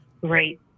Great